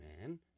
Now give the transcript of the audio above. man